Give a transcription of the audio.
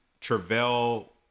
Travell